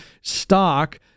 stock